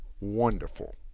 wonderful